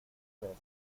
vez